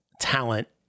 talent